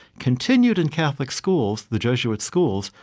continued in catholic schools, the jesuit schools,